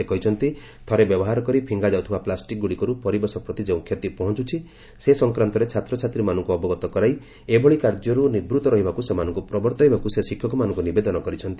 ସେ କହିଛନ୍ତି ଥରେ ବ୍ୟବହାର କରି ଫିଙ୍ଗାଯାଉଥିବା ପ୍ଲାଷ୍ଟିକ୍ ଗୁଡ଼ିକରୁ ପରିବେଶ ପ୍ରତି ଯେଉଁ କ୍ଷତି ପହଞ୍ଚୁଛି ସେ ସଂକ୍ରାନ୍ତରେ ଛାତ୍ରଛାତ୍ରୀମାନଙ୍କୁ ଅବଗତ କରାଇ ଏଭଳି କାର୍ଯ୍ୟରୁ ନିବୃତ୍ତ ରହିବାକୁ ସେମାନଙ୍କୁ ପ୍ରବର୍ତ୍ତାଇବାକୁ ସେ ଶିକ୍ଷକମାନଙ୍କୁ ନିବେଦନ କରିଛନ୍ତି